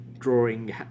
drawing